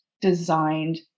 designed